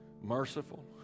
merciful